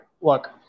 Look